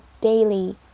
daily